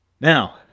Now